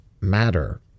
matter